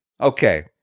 Okay